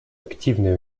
активное